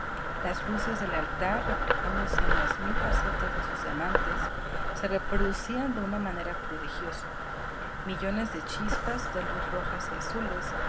las luces del altar reflejándose en las mil facetas de sus diamantes se reproducían de una manera prodigiosa millones de chispas de luz rojas y azules